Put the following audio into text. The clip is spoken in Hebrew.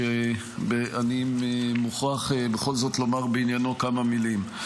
שאני מוכרח בכל זאת לומר בעניינו כמה מילים.